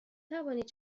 توانید